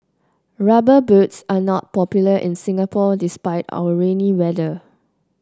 rubber boots are not popular in Singapore despite our rainy weather